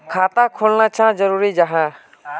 खाता खोलना चाँ जरुरी जाहा?